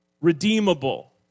redeemable